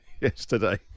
yesterday